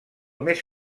més